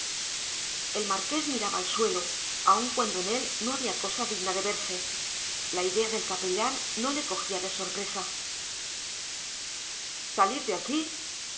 el marqués miraba al suelo aun cuando en él no había cosa digna de verse la idea del capellán no le cogía de sorpresa salir de aquí